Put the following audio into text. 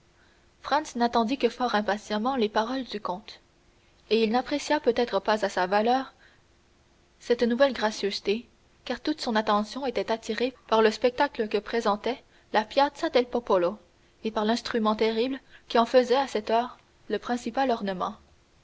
franz n'entendit que fort imparfaitement les paroles du comte et il n'apprécia peut-être pas à sa valeur cette nouvelle gracieuseté car toute son attention était attirée par le spectacle que présentait la piazza del popolo et par l'instrument terrible qui en faisait à cette heure le principal ornement